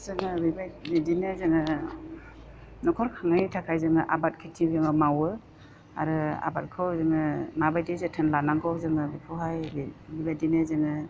जोङो बेबायदि बिदिनो जोङो न'खर खांनायनि थाखाय जोङो आबाद खेति जोङो मावो आरो आबादखौ जोङो माबायदि जोथोन लानांगौ जोङो बेखौहाय बेबायदिनो जोङो